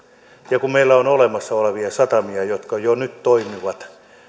ja kun meillä on on olemassa olevia satamia jotka jo nyt toimivat